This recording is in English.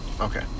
okay